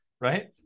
right